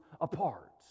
apart